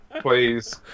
please